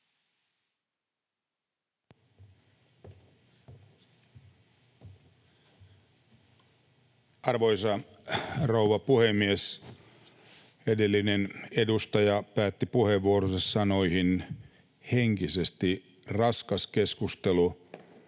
Arvoisa rouva puhemies! Edellinen edustaja päätti puheenvuoronsa sanoihin ”henkisesti raskas keskustelu”.